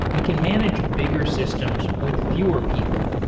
we can manage bigger systems with fewer people.